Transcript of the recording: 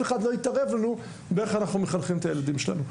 אחד לא יתערב לנו איך אנחנו מחנכים את הילדים שלנו.